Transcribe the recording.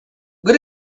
good